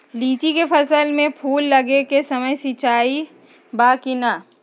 लीची के फसल में फूल लगे के समय सिंचाई बा कि नही?